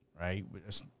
Right